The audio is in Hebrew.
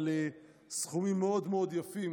אבל סכומים מאוד מאוד יפים,